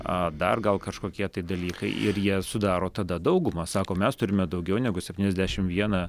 a dar gal kažkokie dalykai ir jie sudaro tada daugumą sako mes turime daugiau negu septyniasdešimt vieną